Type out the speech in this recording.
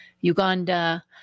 uganda